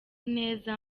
neza